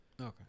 Okay